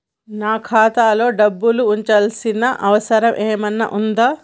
నాకు ఖాతాలో డబ్బులు ఉంచాల్సిన అవసరం ఏమన్నా ఉందా?